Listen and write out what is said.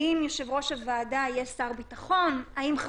האם יושב-ראש הוועדה יהיה שר ביטחון?